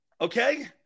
Okay